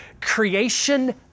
creation